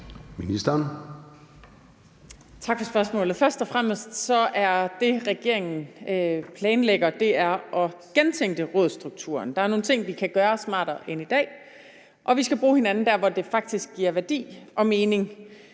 Tak for spørgsmålet. Først og fremmest vil jeg sige, at det, regeringen planlægger, er at gentænke rådsstrukturen. Der er nogle ting, vi kan gøre smartere, end vi gør i dag, og vi skal bruge hinanden der, hvor det faktisk giver værdi og mening.